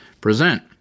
present